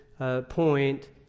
point